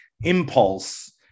impulse